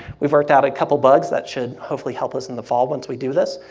we've worked out a couple bugs that should hopefully help us in the fall, once we do this.